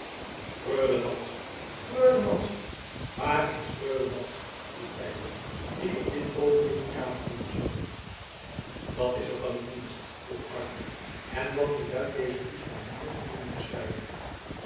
madzy freule madzy waar is freule madzy riep feiko die op dit oogenblik de kamer binnenstoof wat is er van uw dienst vroeg arkel en wat beduidt deze woeste manier van binnen te stuiven